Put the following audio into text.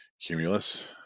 cumulus